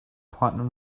platinum